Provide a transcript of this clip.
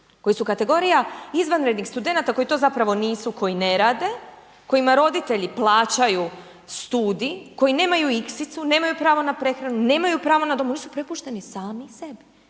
koji su kategorija izvanrednih studenata koji to zapravo nisu, koji ne rade, kojima roditelji plaćaju studij, koji nemaju iksicu, nemaju pravo na prehranu, nemaju pravo na dom, oni su prepušteni sami sebi.